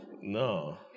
No